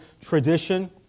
tradition